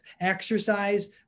exercise